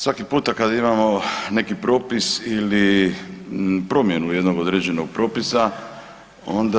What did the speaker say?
Svaki puta kada imamo neki propis ili promjenu jednog određenog propisa onda